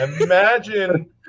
Imagine